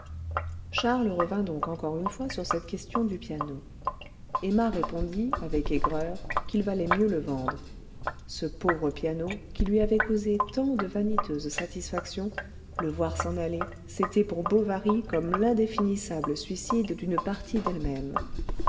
charles revint donc encore une fois sur cette question du piano emma répondit avec aigreur qu'il valait mieux le vendre ce pauvre piano qui lui avait causé tant de vaniteuses satisfactions le voir s'en aller c'était pour bovary comme l'indéfinissable suicide d'une partie d'elle-même